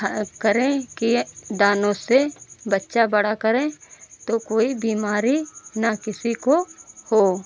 खा करें कि दानों से बच्चा बड़ा करे तो कोई बीमारी न किसी को हो